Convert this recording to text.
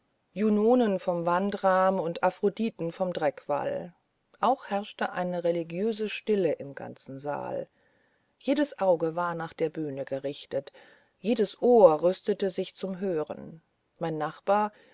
junonen vom wandrahm und aphroditen vom dreckwall auch herrschte eine religiöse stille im ganzen saal jedes auge war nach der bühne gerichtet jedes ohr rüstete sich zum hören mein nachbar